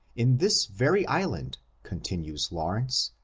in this very island, continues law rence,